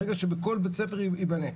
ברגע שבכל בית ספר ייבנה.